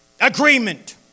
Agreement